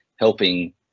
helping